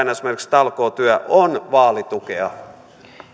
talkootyö on vaalitukea